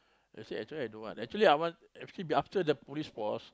I say actually I don't want actually I want f~ after the Police Force